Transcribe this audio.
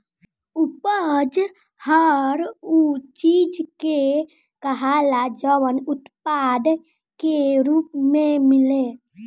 उपज हर उ चीज के कहाला जवन उत्पाद के रूप मे मिले